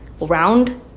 round